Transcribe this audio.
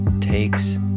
takes